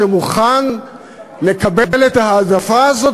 שמוכן לקבל את ההעדפה הזאת,